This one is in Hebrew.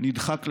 נדחק לשוליים.